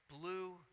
blue